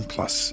Plus